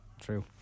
True